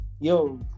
yo